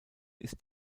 ist